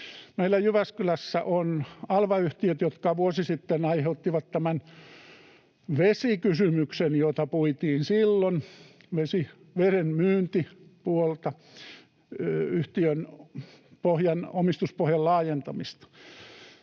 Jyväskylässä on Alva-yhtiöt, joka vuosi sitten aiheutti tämän vesikysymyksen, jota puitiin silloin — veden myyntipuolta, yhtiön omistuspohjan laajentamista.